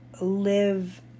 live